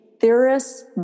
theorists